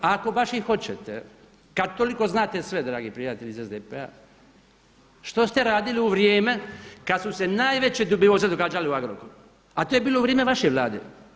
Ako baš i hoćete kad toliko znate sve dragi prijatelji iz SDP-a, što ste radili u vrijeme kad su se najveće dubioze događale u Agrokoru, a to je bilo u vrijeme vaše Vlade.